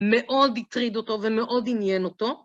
מאוד הטריד אותו ומאוד עניין אותו.